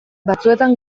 batzuetan